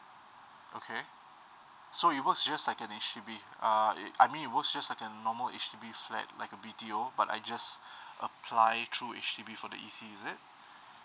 okay so it works just like a H_D_B uh it I mean it works just like a normal H_D_B flat like a B_T_O but I just apply through H_D_B for the E_C is it